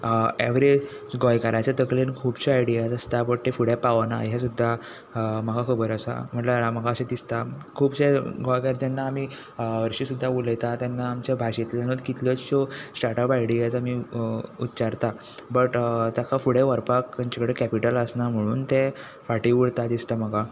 every गोंयकाराच्या तकलेंत खुबशे आयडियास आसता बट ते फुडें पावना हें सुद्दां म्हाका खबर आसा म्हळ्यार म्हाका अशें दिसता खुबशे गोंयकार आमी हरशीं सुद्दां उलयता तेन्ना आमचे भाशेंतल्यानूच कितल्योश्यो स्टार्टअप आयडिया आमी उच्चारता बट ताका फुडें व्हरपाक तेंचे कडेन कॅपीटल आसना म्हणून ते फाटीं उरता दिसता म्हाका